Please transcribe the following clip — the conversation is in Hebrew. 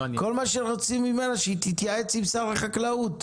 כל מה שרוצים ממנה זה שהיא תתייעץ עם שר החקלאות,